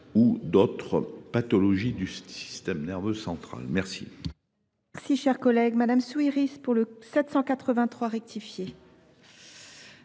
ou d’autres pathologies du système nerveux central. La